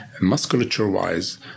musculature-wise